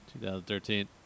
2013